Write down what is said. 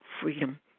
freedom